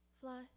fly